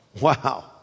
Wow